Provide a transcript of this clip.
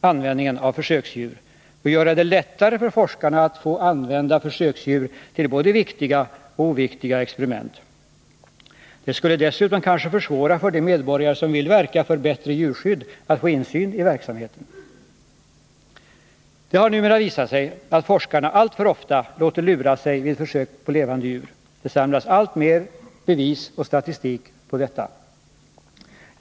användningen av försöksdjur och göra det lättare för forskarna att få använda försöksdjur till både viktiga och oviktiga experiment. Det skulle dessutom kanske försvåra för de medborgare som vill verka för bättre djurskydd att få insyn i verksamheten. Det har numera visat sig att forskarna alltför ofta låter lura sig vid försöken 109 på levande djur. Det samlas alltmer av bevis och statistik på detta.